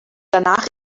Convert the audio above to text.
danach